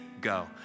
go